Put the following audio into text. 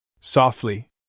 softly